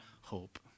hope